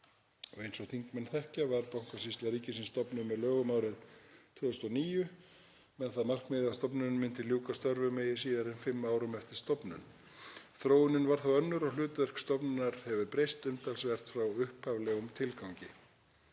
Eins og þingmenn þekkja var Bankasýsla ríkisins stofnuð með lögum árið 2009 með það að markmiði að stofnunin myndi ljúka störfum eigi síðar en fimm árum eftir stofnun. Þróunin varð þó önnur og hlutverk stofnunarinnar hefur breyst umtalsvert frá upphaflegum tilgangi.